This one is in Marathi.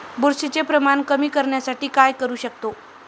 बुरशीचे प्रमाण कमी करण्यासाठी काय करू शकतो?